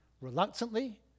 reluctantly